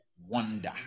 wonder